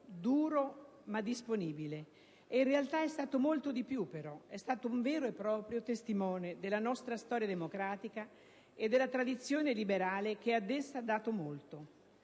duro, ma disponibile. In realtà, però, è stato molto di più: è stato un vero e proprio testimone della nostra storia democratica e della tradizione liberale che ad essa ha dato molto.